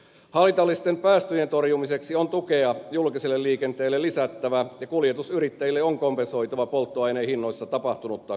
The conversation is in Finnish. haitallisten päästöjen torjumiseksi on tukea julkiselle liikenteelle lisättävä ja kuljetusyrittäjille on kompensoitava polttoaineen hinnoissa tapahtunutta korotusta